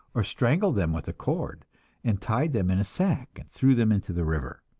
or strangled them with a cord and tied them in a sack and threw them into the river.